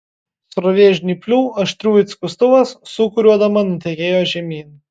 srovė žnyplių aštrių it skustuvas sūkuriuodama nutekėjo žemyn